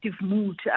mood